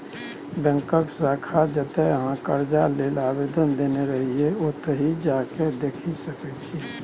बैकक शाखा जतय अहाँ करजा लेल आवेदन देने रहिये ओतहु जा केँ देखि सकै छी